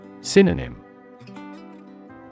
Synonym